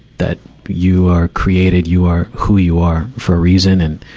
that you are created, you are who you are for a reason. and,